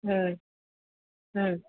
ହୁଁ ହୁଁ